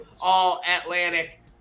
All-Atlantic